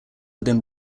within